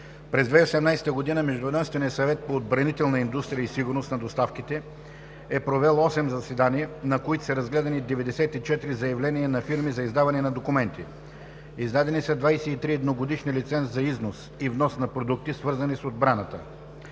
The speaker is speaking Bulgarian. През 2018 г. Междуведомственият съвет по отбранителна индустрия и сигурност на доставките е провел 8 заседания, на които са разгледани 94 заявления на фирми за издаване на документи. Издадени са 23 едногодишни лиценза за износ и внос на продукти, свързани с отбраната